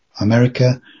America